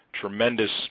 tremendous